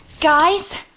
guys